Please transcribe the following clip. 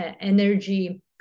energy